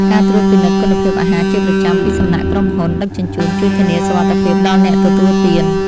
ការត្រួតពិនិត្យគុណភាពអាហារជាប្រចាំពីសំណាក់ក្រុមហ៊ុនដឹកជញ្ជូនជួយធានាសុវត្ថិភាពដល់អ្នកទទួលទាន។